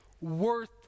worth